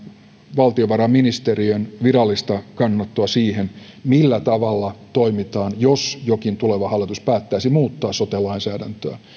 valtiovarainministeriön virallista kannanottoa siihen millä tavalla toimitaan jos jokin tuleva hallitus päättäisi muuttaa sote lainsäädäntöä